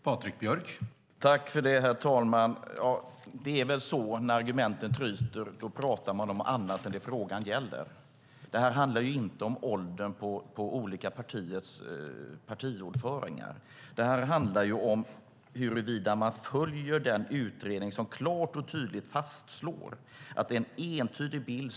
Herr talman! När argumenten tryter pratar man om annat än det frågan gäller. Det här handlar inte om åldern på olika partiers partiordförande. Det här handlar om huruvida man följer den utredning som klart och tydligt fastslår att det finns en entydig bild.